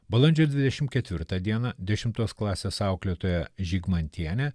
balandžio dvidešim ketvirtą dieną dešimtos klasės auklėtoja žygmantienė